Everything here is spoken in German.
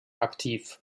aktiv